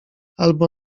albo